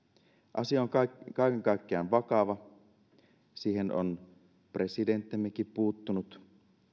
asia on kaiken kaikkiaan vakava siihen on presidenttimmekin puuttunut